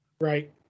right